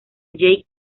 jake